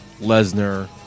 Lesnar